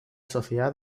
sociedad